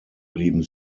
blieben